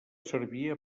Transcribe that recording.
servia